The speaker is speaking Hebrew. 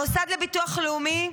המוסד לביטוח לאומי,